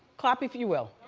clap if you will.